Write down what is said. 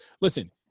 listen